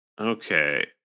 Okay